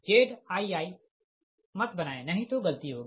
Zii मत बनाएँ नही तो गलती होगी